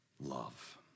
love